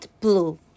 blue